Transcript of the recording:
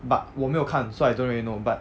but 我没有看 so I don't really know but